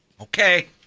Okay